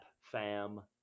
fam